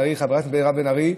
חברת הכנסת מירב בן ארי,